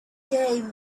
game